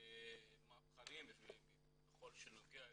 מהפכניים ככל שנוגע אלינו,